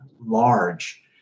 large